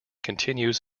continues